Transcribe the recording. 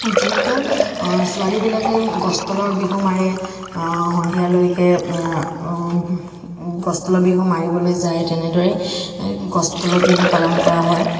যিহেতু ছোৱালীবিলাকে গছ তলৰ বিহু মাৰে সন্ধিয়ালৈকে গছ তলৰ বিহু মাৰিবলৈ যায় তেনেদৰে গছ তলত বিহু পালন কৰা হয়